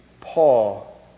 Paul